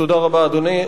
תודה רבה, אדוני.